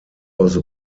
aus